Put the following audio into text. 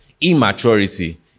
immaturity